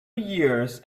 years